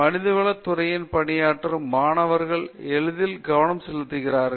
மனிதவள துறையில் பணியாற்றும் மாணவர்கள் எதில் கவனம் செலுத்துகிறார்கள்